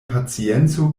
pacienco